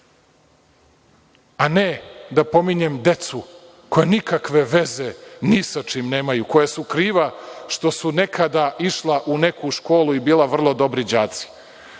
a ne da pominjem decu koja nikakve veze ni sa čim nemaju, koja su kriva što su nekada išla u neku školu i bila vrlodobri đaci.